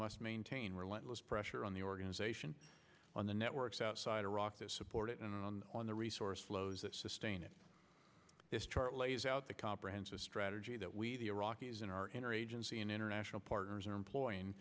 must maintain relentless pressure on the organization on the networks outside iraq to support it and on the resource flows that sustain it this chart lays out the comprehensive strategy that we the iraqis in our inner agency and international partners are employing